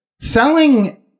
selling